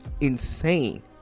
insane